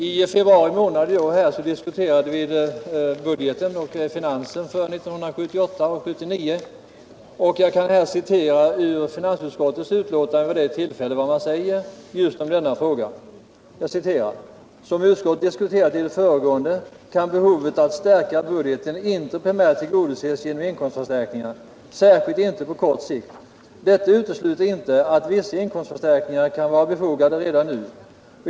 I februari månad i år diskuterade vi här i kammaren budgeten och finanserna för 1978/79. Jag kan citera vad finansutskottet i sitt betänkande nr 15 säger om denna fråga: ”Som utskottet diskuterat i det föregående kan behovet att stärka budgeten inte primärt tillgodoses genom inkomstförstärkningar, särskilt inte på kort sikt. Detta utesluter inte att vissa inkomstförstärkningar kan vara befogade redan nu.